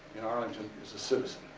in arlington, as a citizen.